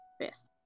Yes